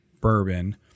bourbon